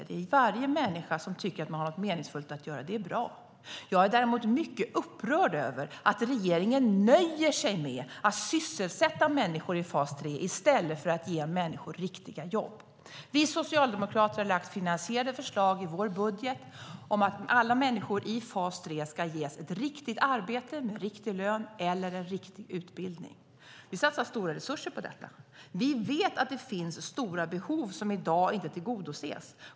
Det är bra med varje människa som tycker att man har något meningsfullt att göra. Jag är däremot mycket upprörd över att regeringen nöjer sig med att sysselsätta människor i fas 3 i stället för att ge människor riktiga jobb. Vi socialdemokrater har lagt fram finansierade förslag i vår budget om att alla människor i fas 3 ska ges ett riktigt arbete med riktig lön eller en riktig utbildning. Vi satsar stora resurser på detta. Vi vet att det finns stora behov som i dag inte tillgodoses.